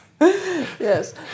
Yes